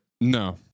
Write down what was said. no